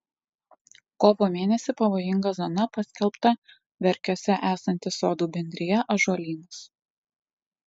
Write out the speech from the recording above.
kovo mėnesį pavojinga zona paskelbta verkiuose esanti sodų bendrija ąžuolynas